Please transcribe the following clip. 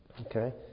Okay